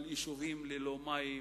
על יישובים ללא מים,